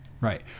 Right